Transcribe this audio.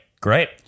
Great